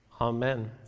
Amen